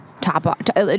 top